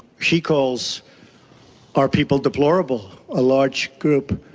she calls our people deplorable. a large group.